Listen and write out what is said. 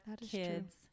kids